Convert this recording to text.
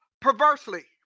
perversely